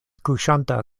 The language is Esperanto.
kuŝanta